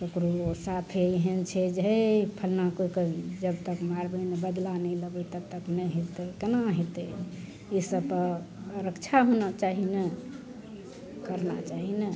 ककरो साफे एहन छै जे हे फलना कोइके जब तक मारबय नहि बदला नहि लेबय तब तक नहि हेतय केना हेतय ईसब पर रक्षा होना चाही ने करना चाही ने